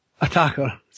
attacker